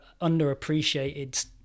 underappreciated